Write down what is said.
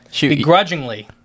begrudgingly